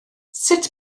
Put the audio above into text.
sut